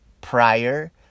prior